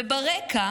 ברקע,